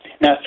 Now